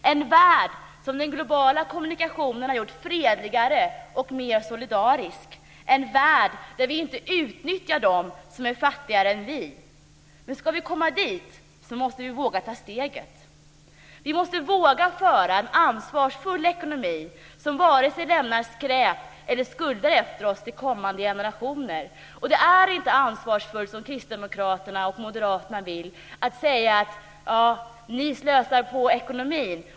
Det är en värld som den globala kommunikationen har gjort fredligare och mer solidarisk - en värld där vi inte utnyttjar dem som är fattigare än vi. Men ska vi komma dit så måste vi våga ta steget. Vi måste våga föra en ansvarsfull ekonomisk politik som varken lämnar skräp eller skulder efter sig till kommande generationer. Det är inte ansvarsfullt att som Kristdemokraterna och Moderaterna säga: Ni slösar när det gäller ekonomin!